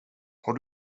har